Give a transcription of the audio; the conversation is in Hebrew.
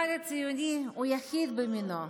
יחיד במינו,